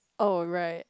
oh right